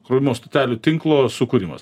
krovimo stotelių tinklo sukūrimas